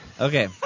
Okay